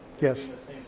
Yes